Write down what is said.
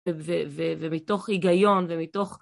ומתוך היגיון, ומתוך...